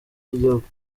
w’igihugu